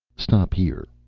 stop here,